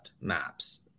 maps